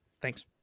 Thanks